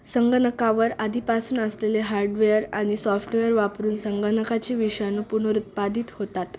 संगणकावर आधीपासून असलेले हार्डवेअर आणि सॉफ्टवेअर वापरून संगणकाचे विषाणू पुनरुत्पादित होतात